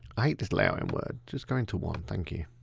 i hate this layer on word, just going to one, thank you.